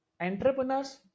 entrepreneurs